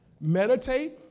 meditate